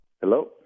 Hello